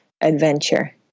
adventure